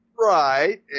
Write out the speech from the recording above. Right